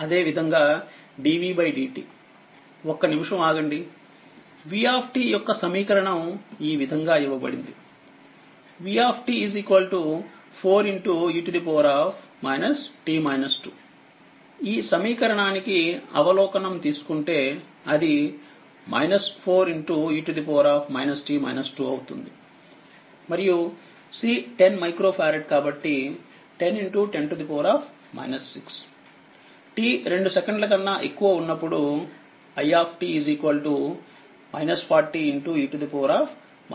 అదేవిధంగా dvdt ఒక్క నిమిషం ఆగండి v యొక్క సమీకరణం ఈ విధంగా ఇవ్వబడింది v 4 e ఈ సమీకరణానికి అవలోకనం తీసుకుంటే అది 4 e అవుతుంది మరియు C 10 మైక్రో ఫారెడ్ కాబట్టి 1010 6 t 2 సెకండ్ల కన్నా ఎక్కువ ఉన్నప్పుడు i 40 e మైక్రో ఆంపియర్ అవుతుంది